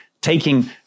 taking